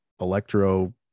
Electro